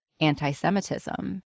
anti-Semitism